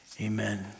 amen